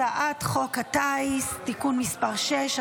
הצעת חוק הטיס (תיקון מס' 6),